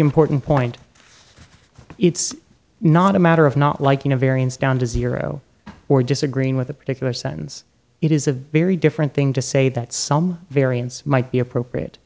important point it's not a matter of not liking a variance down to zero or disagreeing with a particular sentence it is a very different thing to say that some variance might be appropriate